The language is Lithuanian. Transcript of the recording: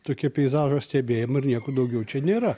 tokie peizažo stebėjimai ir nieko daugiau čia nėra